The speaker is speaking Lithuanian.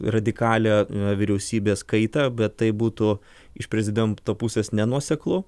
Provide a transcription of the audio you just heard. radikalią vyriausybės kaitą bet tai būtų iš prezidento pusės nenuoseklu